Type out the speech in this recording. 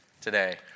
today